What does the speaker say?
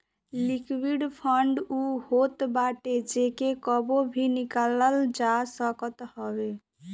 liquid fund उ होत बाटे जेके कबो भी निकालल जा सकत हवे